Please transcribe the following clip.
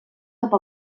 cap